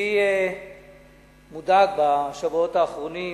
אני מודאג בשבועות האחרונים